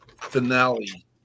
finale